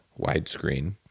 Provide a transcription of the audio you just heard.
widescreen